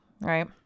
right